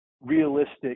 realistic